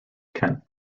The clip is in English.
kent